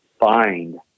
find